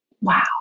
wow